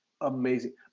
amazing